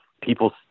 People